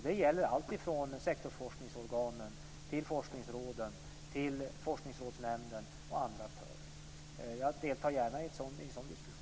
Det gäller allt från sektorsforskningsorganen till forskningsråden, Forskningsrådsnämnden och andra aktörer. Jag deltar gärna i en sådan diskussion.